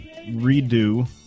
redo